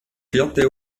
vierte